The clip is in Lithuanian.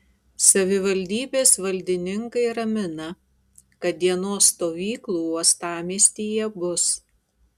savivaldybės valdininkai ramina kad dienos stovyklų uostamiestyje bus